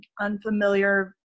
unfamiliar